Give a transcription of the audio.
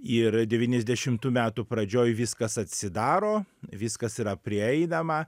ir devyniasdešimtų metų pradžioj viskas atsidaro viskas yra prieinama